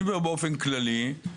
אני אומר באופן כללי.